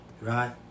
right